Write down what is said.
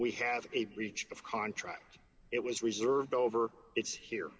we have a breach of contract it was reserved over